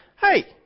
Hey